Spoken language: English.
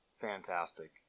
Fantastic